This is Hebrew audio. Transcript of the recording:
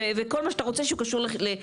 וכל מה שאתה רוצה שהוא קשור לשגרה.